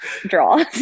draw